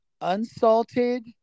unsalted